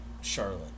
Charlotte